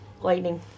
lightning